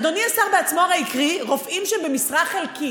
אדוני השר בעצמו הרי הקריא: רופאים שהם במשרה חלקית.